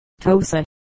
Tosa